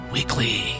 Weekly